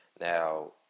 Now